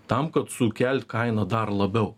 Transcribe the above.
tam kad sukelt kainą dar labiau